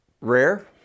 rare